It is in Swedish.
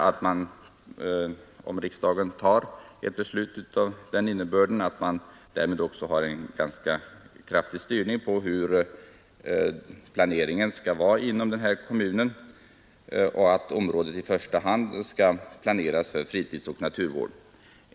Om riksdagen antar ett beslut av den innebörden har man en kraftig styrning på planeringen inom kommunen, och det innebär att området i första hand skall planeras för fritid och naturvård.